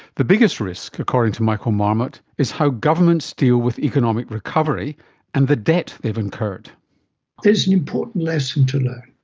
the biggest risk, according to michael marmot, is how governments deal with economic recovery and the debt they've incurred. there is an important lesson to learn.